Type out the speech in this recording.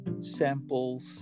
samples